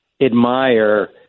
admire